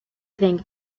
think